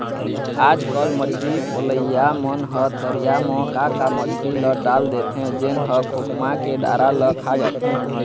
आजकल मछरी पलइया मन ह तरिया म का का मछरी ल डाल देथे जेन ह खोखमा के डारा ल खा जाथे